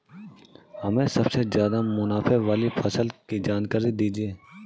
हमें सबसे ज़्यादा मुनाफे वाली फसल की जानकारी दीजिए